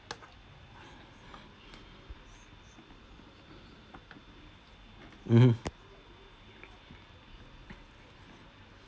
mmhmm